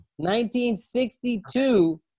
1962